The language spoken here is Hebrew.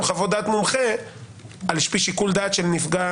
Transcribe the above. חוות דעת מומחה על פי שיקול דעת של נפגע